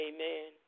Amen